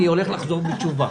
אני הולך לחזור בתשובה.